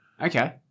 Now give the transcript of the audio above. Okay